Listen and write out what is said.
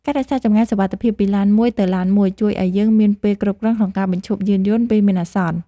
ការរក្សាចម្ងាយសុវត្ថិភាពពីឡានមួយទៅឡានមួយជួយឱ្យយើងមានពេលគ្រប់គ្រាន់ក្នុងការបញ្ឈប់យានយន្តពេលមានអាសន្ន។